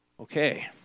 Okay